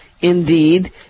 indeed